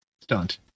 stunt